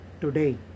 today